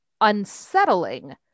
unsettling